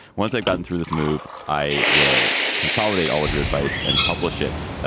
once they've gotten through this move, i will consolidate all of your advice and publish it